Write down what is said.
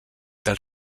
del